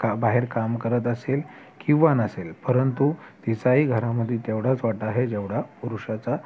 का बाहेर काम करत असेल किंवा नसेल परंतु तिचाही घरामध्ये तेवढाच वाटा आहे जेवढा पुरुषाचा